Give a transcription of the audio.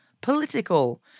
political